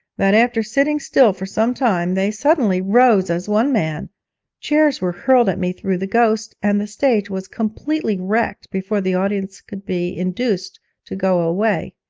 that after sitting still for some time they suddenly rose as one man chairs were hurled at me through the ghost, and the stage was completely wrecked before the audience could be induced to go away.